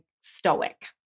stoic